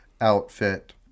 outfit